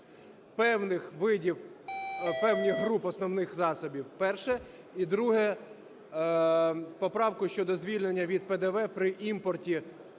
певних видів… певних груп основних засобів. Перше. І друге. Поправку щодо звільнення від ПДВ при імпорті